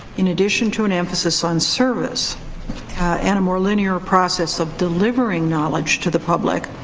in addition to an emphasis on service and a more linear process of delivering knowledge to the public,